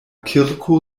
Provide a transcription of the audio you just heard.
kirko